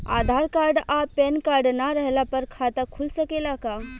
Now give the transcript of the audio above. आधार card आ PAN card ना रहला पर खाता खुल सकेला का?